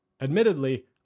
Admittedly